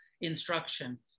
instruction